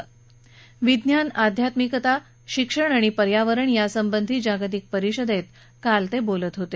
विज्ञान आध्यात्मिकता शिक्षण आणि पर्यावरण यासंबधी जागतिक परिषदेत ते काल बोलत होते